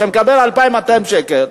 שמקבל 2,200 שקל,